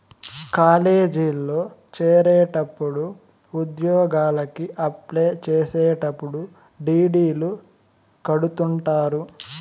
కాలేజీల్లో చేరేటప్పుడు ఉద్యోగలకి అప్లై చేసేటప్పుడు డీ.డీ.లు కడుతుంటారు